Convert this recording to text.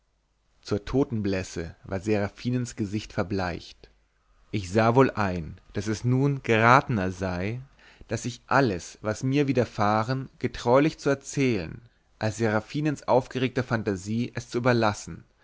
zur totenblässe war seraphinens gesicht verbleicht ich sah wohl ein daß es nun geratener sei daß ich alles was mir widerfahren getreulich zu erzählen als seraphinens aufgeregter fantasie es zu überlassen